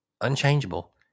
unchangeable